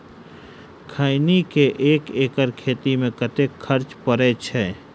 खैनी केँ एक एकड़ खेती मे कतेक खर्च परै छैय?